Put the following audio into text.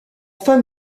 fin